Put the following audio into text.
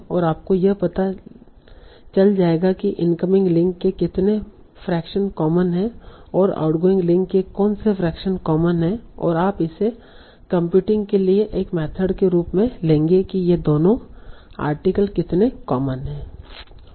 और आपको पता चल जाएगा कि इनकमिंग लिंक के कितने फ्रैक्शन कॉमन हैं और आउटगोइंग लिंक के कौन से फ्रैक्शन कॉमन हैं और आप इसे कंप्यूटिंग के लिए एक मेथड के रूप में लेंगे कि ये दोनों आर्टिकल कितने कॉमन हैं